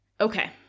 Okay